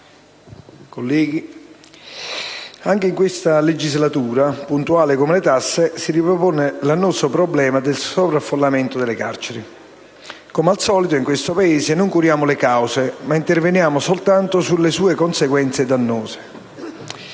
colleghi, anche in questa legislatura, puntuale come le tasse, si ripropone l'annoso problema del sovraffollamento delle carceri. Come al solito, in questo Paese non curiamo le cause, ma interveniamo soltanto sulle conseguenze dannose.